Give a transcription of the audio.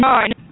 Nine